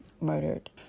murdered